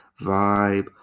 vibe